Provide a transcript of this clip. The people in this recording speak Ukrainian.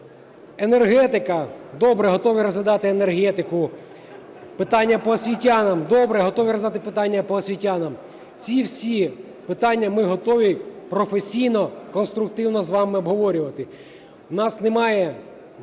Енергетика? Добре, готові розглядати енергетику. Питання по освітянам? Добре, готові розглядати питання по освітянам. Ці всі питання ми готові професійно, конструктивно з вами обговорювати.